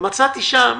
ומצאתי שם